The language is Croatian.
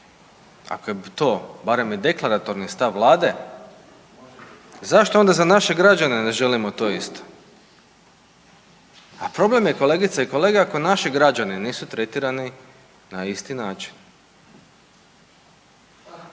ako je to barem i deklaratorni stav vlade, zašto onda za naše građane ne želimo to isto? A problem je kolegice i kolege ako naši građani nisu tretirani na isti način.